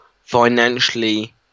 financially